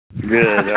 Good